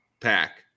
pack